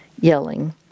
yelling